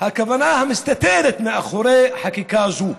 הכוונה המסתתרת מאחורי החקיקה הזאת,